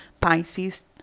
Pisces